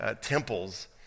temples